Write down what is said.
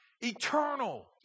eternal